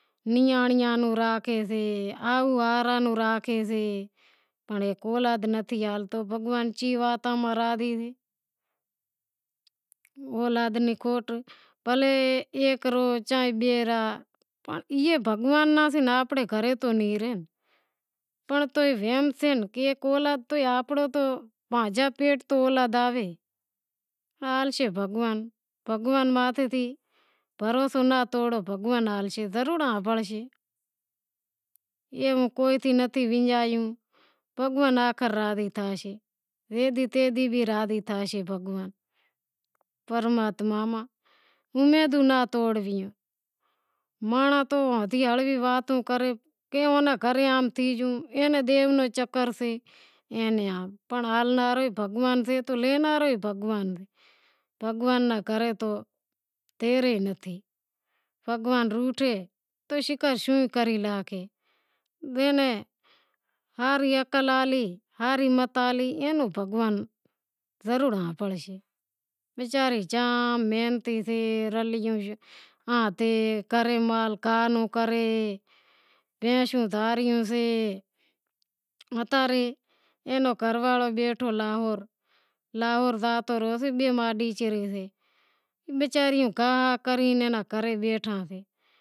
نیانڑیاں نوں راکھے سے ہاہوآرا نیں راکھے سے پنڑ اولاد نیں آلتو پنڑ بھگوان الائے کی واتاں ماں راضی بھلیں ہیک سے یا بئے ریا ای بھگوان سے ایئے ناں آنپڑے گھرے تو نیں رے پنڑ تو بھی وہم سے ہیک اولاد بھی آنپڑو تو پانجے پیٹ تو اولاد آوے آلشے بھگوان ماتھے بھروسو ناں توڑو بھگوان ہالشے، ضرور ہنبڑشے ایووں کوئی نتھی ونجایو، بھگوان آخر راضی تھیشے، پرماتماما نی امیدوں ناں توڑو، مانڑاں ایویوں گھنڑے ئی واتوں کریں کہ دیو رو چکر سے پنڑ آلنڑ واڑو ئی بھگوان سے بھگوان رے گھرے تو دیر ئی نتھی بھگوان روٹھے تو شوں کا شوں کرےناکھے اینی ہاری وقل آلی ایم روں بھگواں ضرور ہانبھڑشے وچاریوں گاہ کری ناں گھرے